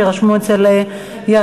שיירשמו אצל ירדנה.